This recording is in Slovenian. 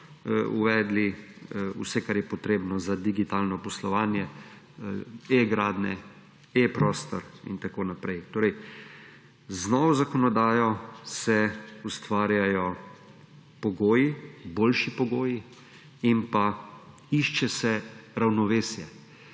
uvedli vse, kar je potrebno za digitalno poslovanje te e-gradnje, e-prostor in tak naprej. Torej z novo zakonodajo se ustvarjajo pogoji, boljši pogoji in išče se ravnovesje,